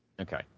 Okay